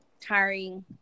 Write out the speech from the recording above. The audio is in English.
tiring